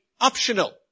optional